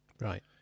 Right